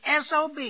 SOB